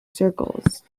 circles